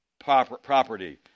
property